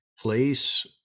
place